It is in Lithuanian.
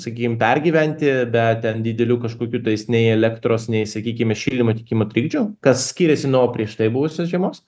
sakykim pergyventi be ten didelių kažkokių tais nei elektros nei sakykime šildymo tiekimo trikdžių kas skyrėsi nuo prieš tai buvusios žiemos